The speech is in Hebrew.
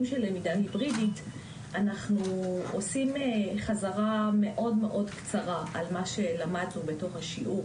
של למידה היברידית אנחנו עושים חזרה מאוד קצרה על מה שלמדנו בשיעור